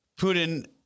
Putin